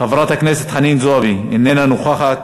חברת הכנסת חנין זועבי, איננה נוכחת,